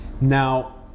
now